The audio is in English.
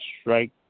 strike